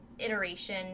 iteration